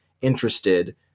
interested